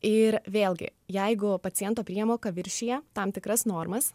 ir vėlgi jeigu paciento priemoka viršija tam tikras normas